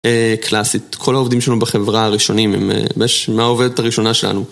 קלאסית, כל העובדים שלנו בחברה הראשונים הם מהעובדת הראשונה שלנו.